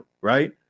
right